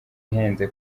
ihenze